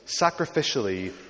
sacrificially